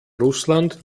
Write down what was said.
russland